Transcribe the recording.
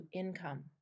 income